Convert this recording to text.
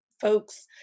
folks